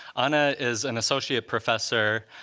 ana is an associate professor